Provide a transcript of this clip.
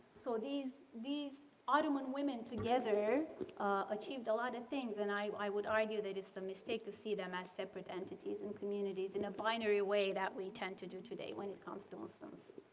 so these these ottoman women together achieved a lot things and i would argue that it's a mistake to see them as separate entities and communities in a binary way that we tend to do today when it comes to muslims.